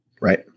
right